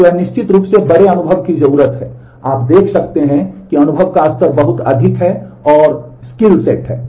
तो यह निश्चित रूप से बड़े अनुभव की जरूरत है आप देख सकते हैं कि अनुभव का स्तर बहुत अधिक है और कौशल सेट है